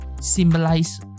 symbolize